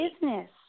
business